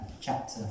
chapter